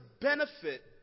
benefit